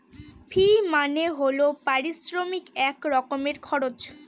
ফি মানে হল পারিশ্রমিক এক রকমের খরচ